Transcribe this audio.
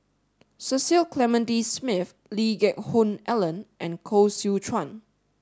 Cecil Clementi Smith Lee Geck Hoon Ellen and Koh Seow Chuan